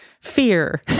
fear